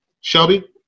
Shelby